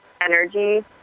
energy